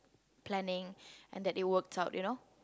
planning and that they worked out you know